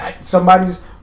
Somebody's